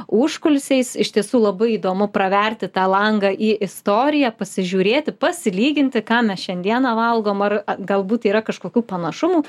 užkulisiais iš tiesų labai įdomu praverti tą langą į istoriją pasižiūrėti pasilyginti ką mes šiandieną valgom ar galbūt yra kažkokių panašumų